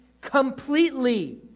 completely